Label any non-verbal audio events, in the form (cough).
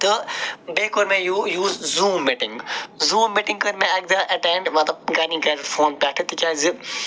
تہٕ بیٚیہِ کوٚر مےٚ (unintelligible) use Zoom meeting Zoom meeting کٔر مےٚ اَکہِ دۄہ اٮ۪ٹٮ۪نٛڈ مطلب (unintelligible) فون پٮ۪ٹھٕ تِکیٛازِ